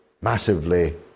massively